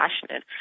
passionate